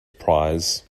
prize